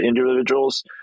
individuals